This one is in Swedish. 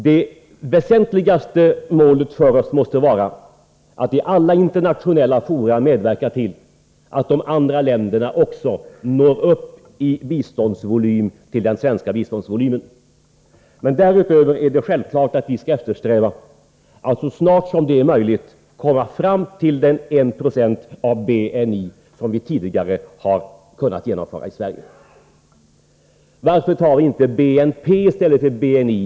Det väsentligaste målet för oss måste vara att i alla internationella fora medverka till att man i andra länder också når upp till den svenska biståndsvolymen. Men därutöver är det självklart att vi skall sträva efter att så snart som möjligt komma fram till 1 26 av BNI, något som vi tidigare kunnat genomföra i Sverige. Varför använder vi inte BNP i stället för BNI?